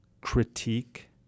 critique